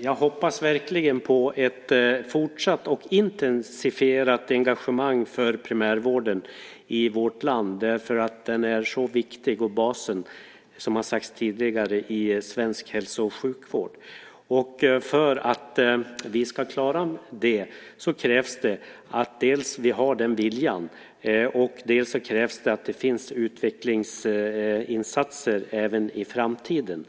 Jag hoppas verkligen på ett fortsatt och intensifierat engagemang för primärvården i vårt land, därför att den är så viktig och är basen, som har sagts tidigare, i svensk hälso och sjukvård. För att klara det krävs det dels att vi har den viljan, dels att det finns utvecklingsinsatser även i framtiden.